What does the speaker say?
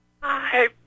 Hi